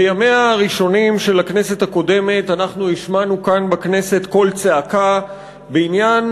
בימיה הראשונים של הכנסת הקודמת אנחנו השמענו כאן בכנסת קול צעקה בעניין